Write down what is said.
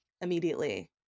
immediately